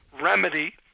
remedy